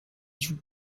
you